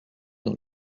dans